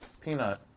peanut